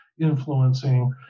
influencing